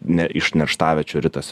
ne iš nerštaviečių ritas